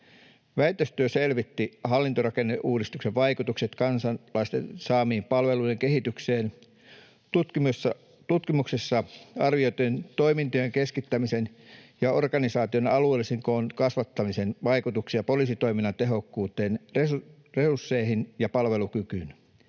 Väitöstyö selvitti hallintorakenneuudistuksen vaikutukset kansalaisten saamien palveluiden kehitykseen. Tutkimuksessa arvioitiin toimintojen keskittämisen ja organisaation alueellisen koon kasvattamisen vaikutuksia poliisitoiminnan tehokkuuteen, resursseihin ja palvelukykyyn.